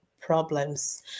problems